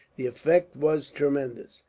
the effect was tremendous.